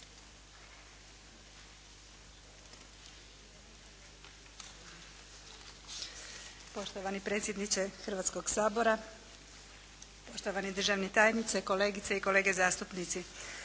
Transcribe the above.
Poštovani predsjedniče Hrvatskoga sabora, poštovani državni tajniče, kolegice i kolege zastupnici.